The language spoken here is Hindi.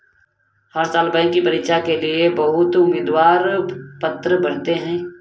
हर साल बैंक की परीक्षा के लिए बहुत उम्मीदवार आवेदन पत्र भरते हैं